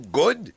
good